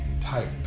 tight